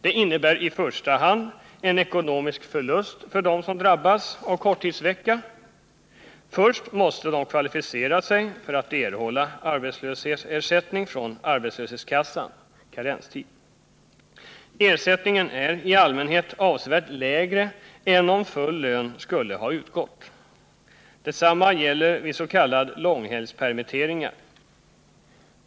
Det innebär i första hand en ekonomisk förlust för dem som drabbas av korttidsvecka. Först måste de kvalificera sig för att erhålla arbetslöshetsersättning från arbetslöshetskassan . Ersättningen är i allmänhet avsevärt lägre än om full lön skulle ha utgått. Detsamma gäller vid s.k. långhelgspermitteringar.